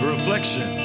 Reflection